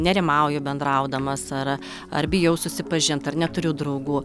nerimauju bendraudamas ar ar bijau susipažint ar neturiu draugų